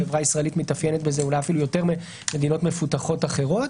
החברה הישראלית מתאפיינת בזה אולי אפילו יותר ממדינות מפותחות אחרות,